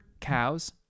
cows